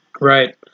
Right